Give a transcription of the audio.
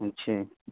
اچھا